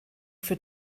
für